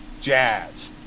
jazz